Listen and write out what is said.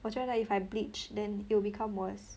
我觉得 if I bleach then it will become worse